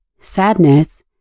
sadness